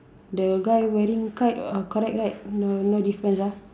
the guy wearing kite uh correct right no no difference ah